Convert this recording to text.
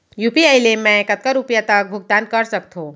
UPI ले मैं कतका रुपिया तक भुगतान कर सकथों